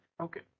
Okay